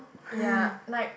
ya like